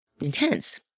intense